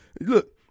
look